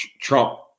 Trump